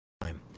time